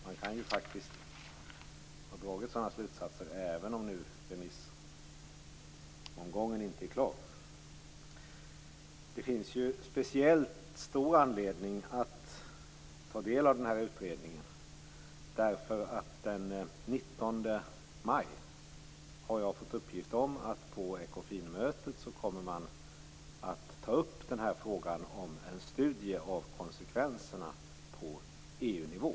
Han kan faktiskt ha dragit sådana slutsatser även om remissomgången inte är klar. Det finns speciellt stor anledning att ta del av den här utredningen, därför att jag har fått uppgift om att man på Ekofinmötet den 19 maj kommer att ta upp frågan om en studie av konsekvenserna på EU-nivå.